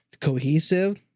cohesive